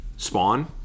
spawn